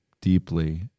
deeply